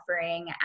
offering